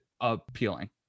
appealing